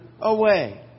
away